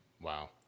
Wow